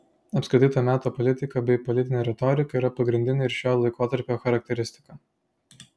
apskritai to meto politika bei politinė retorika yra pagrindinė ir šio laikotarpio charakteristika